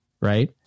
right